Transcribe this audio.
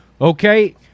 okay